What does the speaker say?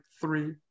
three